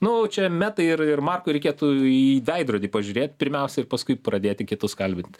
nu čia metai ir ir markui reikėtų į veidrodį pažiūrėt pirmiausia ir paskui pradėti kitus kalbinti